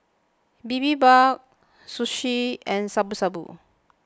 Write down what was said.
Bibimbap Zosui and Shabu Shabu